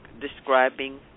describing